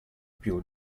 più